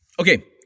Okay